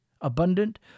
abundant